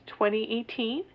2018